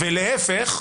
ולהיפך,